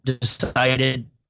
decided